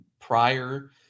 prior